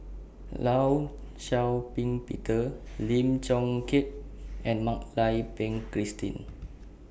law Shau Ping Peter Lim Chong Keat and Mak Lai Peng Christine